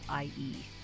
IE